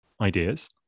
ideas